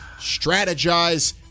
Strategize